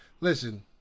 Listen